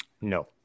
No